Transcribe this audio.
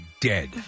dead